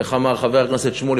איך אמר חבר הכנסת שמולי?